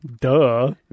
Duh